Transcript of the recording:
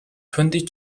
twenty